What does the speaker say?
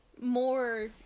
more